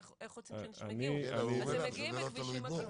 איך רוצים שאנשים יגיעו --- הוא אומר לך שזה לא תלוי בו.